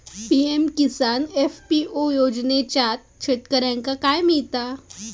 PM Kisan FPO योजनाच्यात शेतकऱ्यांका काय मिळता?